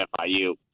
FIU